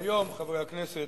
כיום, חברי הכנסת,